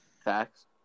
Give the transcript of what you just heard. Facts